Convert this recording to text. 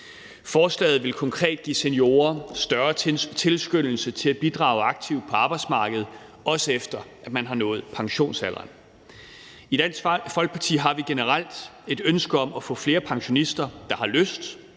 Forslaget vil konkret give seniorer større tilskyndelse til at bidrage aktivt på arbejdsmarkedet, også efter at man har nået pensionsalderen. I Dansk Folkeparti har vi generelt et ønske om at få flere pensionister, der har lyst,